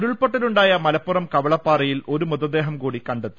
ഉരുൾപൊട്ടലുണ്ടായ മലപ്പുറം കവളപ്പാറയിൽ ഒരു മൃതദേഹം കൂടി കണ്ടെത്തി